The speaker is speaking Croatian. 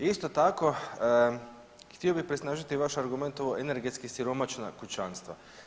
Isto tako, htio bih presnažiti vaš argument o energetski siromašna kućanstva.